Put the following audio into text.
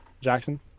Jackson